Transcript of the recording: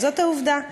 זאת העובדה.